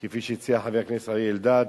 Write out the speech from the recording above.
כפי שהציע חבר הכנסת אריה אלדד,